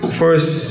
first